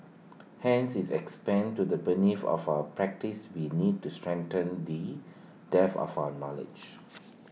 hence is expand to the beneath of our practice we need to strengthen the depth of our knowledge